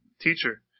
Teacher